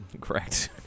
Correct